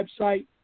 website